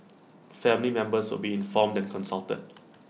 family members would be informed and consulted